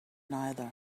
neither